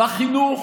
בחינוך,